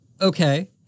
Okay